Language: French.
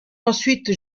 ensuite